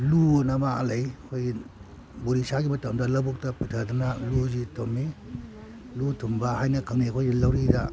ꯂꯨ ꯑꯅ ꯑꯃ ꯂꯩ ꯑꯩꯈꯣꯏꯒꯤ ꯕꯣꯔꯤꯁꯥꯒꯤ ꯃꯇꯝꯗ ꯂꯧꯕꯨꯛꯇ ꯄꯨꯊꯗꯅ ꯂꯨꯁꯤ ꯊꯨꯝꯃꯤ ꯂꯨ ꯊꯨꯝꯕ ꯍꯥꯏꯅ ꯈꯪꯅꯩ ꯑꯩꯈꯣꯏꯒꯤ ꯂꯧꯔꯤꯗ